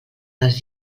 les